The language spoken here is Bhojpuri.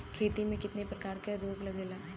खेती में कितना प्रकार के रोग लगेला?